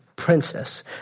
princess